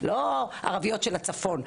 לא ערביות של הצפון,